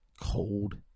cold